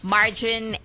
Margin